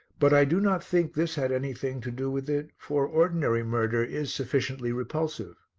but i do not think this had anything to do with it, for ordinary murder is sufficiently repulsive.